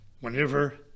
whenever